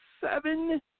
seven